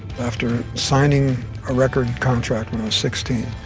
after signing a record contract when i was sixteen,